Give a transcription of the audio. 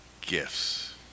gifts